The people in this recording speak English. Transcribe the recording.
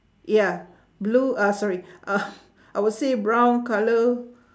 yeah blue uh sorry uh I will say brown colour